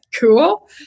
cool